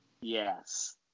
Yes